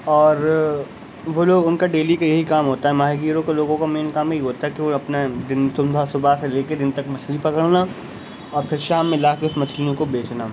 اور وہ لوگ ان کا ڈیلی کا یہی کام ہوتا ہے ماہی گیروں کا لوگوں کا مین کام یہی ہوتا ہے کہ وہ اپنے دن صبح سے لے کے دن تک مچھلی پکڑنا اور پھر شام میں لا کے اس مچھلیوں کو بیچنا